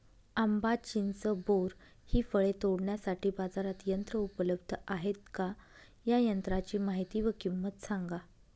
आंबा, चिंच, बोर हि फळे तोडण्यासाठी बाजारात यंत्र उपलब्ध आहेत का? या यंत्रांची माहिती व किंमत सांगा?